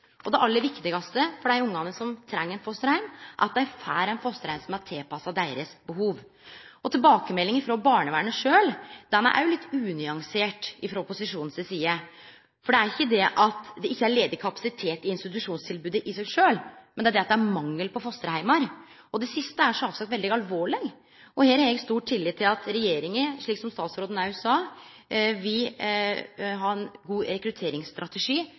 ettervernstilbod. Det aller viktigaste for dei barna som treng ein fosterheim, er at dei får ein fosterheim som er tilpassa deira behov. Tilbakemeldinga frå barnevernet sjølv – her er det òg litt unyansert frå opposisjonen si side – er ikkje at det ikkje er ledig kapasitet i institusjonstilbodet i seg sjølv, men at det er mangel på fosterheimar. Det siste er sjølvsagt veldig alvorleg, og her har eg stor tillit til at regjeringa, slik statsråden òg sa, vil ha ein rekrutteringsstrategi som vil gje gode resultat. Dersom eit barn har behov for ein